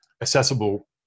accessible